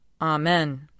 Amen